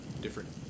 different